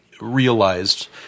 realized